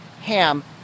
Ham